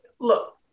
Look